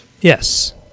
Yes